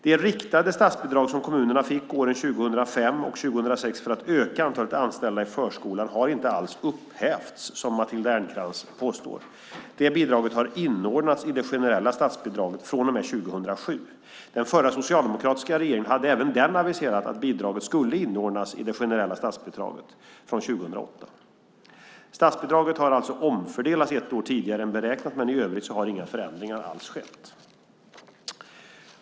Det riktade statsbidrag som kommunerna fick åren 2005 och 2006 för att öka antalet anställda i förskolan har inte alls upphävts, som Matilda Ernkrans påstår. Det bidraget har inordnats i det generella statsbidraget från och med 2007. Den förutvarande, socialdemokratiska, regeringen hade även den aviserat att bidraget skulle inordnas i det generella statsbidraget från 2008. Statsbidraget har alltså omfördelats ett år tidigare än beräknat, men i övrigt har inga förändringar skett.